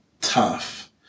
tough